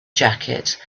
jacket